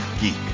geek